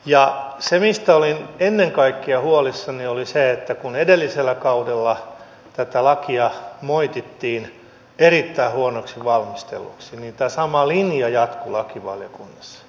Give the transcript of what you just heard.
se mistä olin ennen kaikkea huolissani oli se että kun edellisellä kaudella tätä lakia moitittiin erittäin huonosti valmistelluksi niin tämä sama linja jatkui lakivaliokunnassa